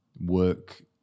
work